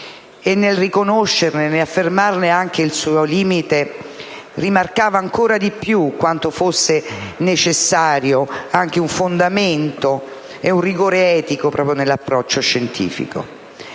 e nel riconoscere e affermare il suo limite rimarcava ancora di più quanto fossero necessari un fondamento ed un rigore etico nell'approccio scientifico.